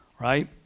Right